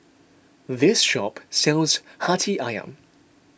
this shop sells Hati Ayam